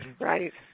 Right